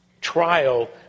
trial